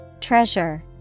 Treasure